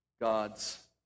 God's